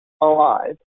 alive